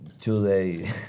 today